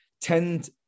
tend